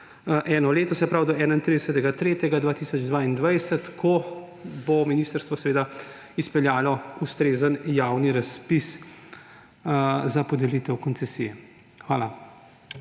eno leto, se pravi do 31. marca 2022, ko bo ministrstvo seveda izpeljalo ustrezen javni razpis za podelitev koncesije. Hvala.